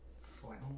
Flannel